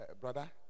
brother